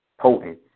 potent